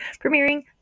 premiering